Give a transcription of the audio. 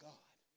God